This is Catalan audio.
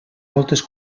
moltes